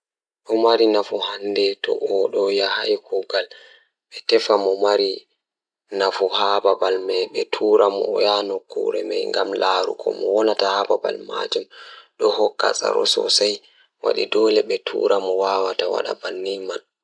Ko fiyaangu ngal, sabu fur waawi hokkude teddungal e nguurndam, ko teddungal e rewɓe kadi. Kadi, fur ngoodi njifti ɓe waɗi e hoore kadi sabu ɓe waawi jaɓɓude sabu heɓɓude teddungal ngal.